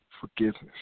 forgiveness